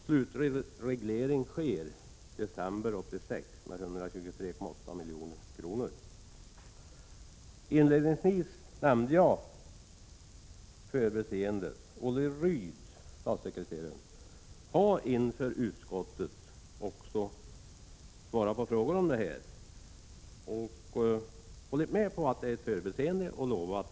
Slutlig reglering kommer att ske i december 1986 med 123,8 milj.kr. Jag nämnde inledningsvis detta förbiseende. Statssekreterare Olle Ryd har besvarat frågor i utskottet om den här saken och medgett att ett förbiseende har skett.